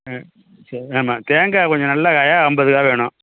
ஆ செ ஆமாம் தேங்காய் கொஞ்சம் நல்ல காயாக அம்பதுக்காய் வேணும்